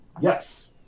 Yes